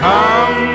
Come